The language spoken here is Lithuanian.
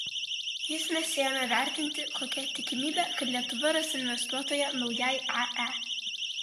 jis nesiėmė vertinti kokia tikimybė kad lietuva ras investuotoją naujai ae